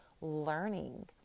learning